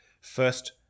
first